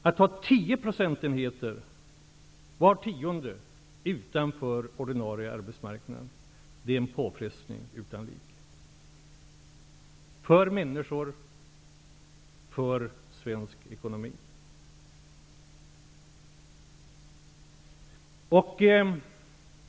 Att ha 10 procentenheter, var tionde, utanför ordinarie arbetsmarknad är en påfrestning utan like för människor och för svensk ekonomi.